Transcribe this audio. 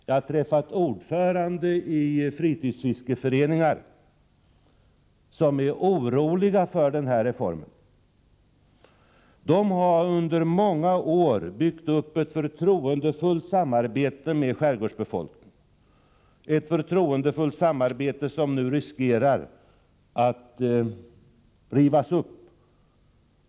Jag har träffat ordförande i fritidsfiskeföreningar som är oroliga över denna reform. De har under många år byggt upp ett förtroendefullt samarbete med skärgårdsbe folkningen — ett förtroendefullt samarbete som det nu finns risk för kommer att rivas upp.